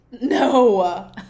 No